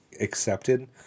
accepted